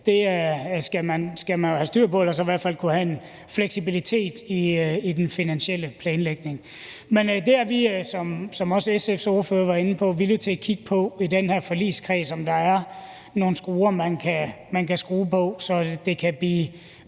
det skal man jo have styr på eller i hvert fald kunne have en fleksibilitet i den finansielle planlægning. Men i den her forligskreds er vi – som også SF's ordfører var inde på – villige til at kigge på, om der er nogle skruer, man kan skrue på, så det kan blive